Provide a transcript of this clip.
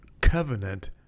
covenant